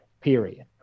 Period